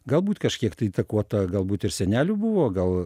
galbūt kažkiek tai įtakota galbūt ir senelių buvo gal